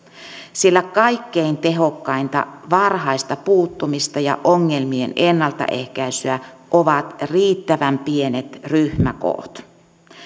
sillä kaikkein tehokkainta varhaista puuttumista ja ongelmien ennaltaehkäisyä ovat riittävän pienet ryhmäkoot